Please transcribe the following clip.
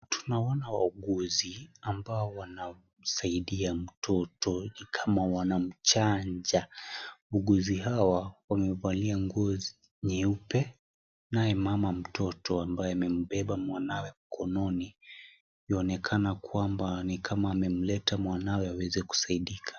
Tunaona wauguzi ambao wanasaidia mtoto ni kama wanamchanja wauguzi hawa wamevalia nguo nyeupe naye mama mtoto ambaye amembeba mwanawe mkononi yuonekana kwamba ni kama amemleta mwanawe ili aweze kusaidika.